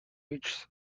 reaches